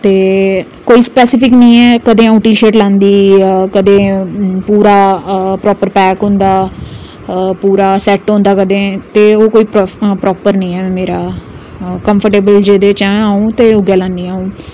ते कोई स्पैसिफिक नेईं ऐ कदें अ'ऊं टीशर्ट लांदी कदें पूरा प्रापर पैक होंदा पूरा सैट्ट होंदा कदें ते ओह् कोई प्रापर नेईं ऐ मेरा कंफर्टेबल जेह्दे च हा अं'ऊ ते उ'ऐ लान्नी आं अं'ऊ